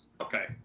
okay